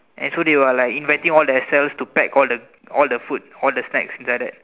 and so there were like inviting all the S_Ls to pack all the all the food all the snacks like that